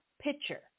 picture